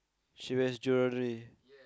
she has jewellery